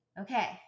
Okay